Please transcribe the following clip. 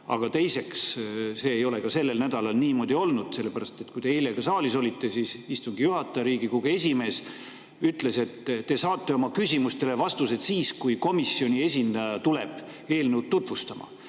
Teiseks ei ole see sellel nädalal niimoodi olnud, sellepärast et kui te eile ka saalis olite, siis istungi juhataja, Riigikogu esimees, ütles, et me saame oma küsimustele vastused siis, kui komisjoni esindaja tuleb eelnõu tutvustama.